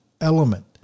element